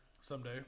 someday